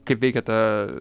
kaip veikia ta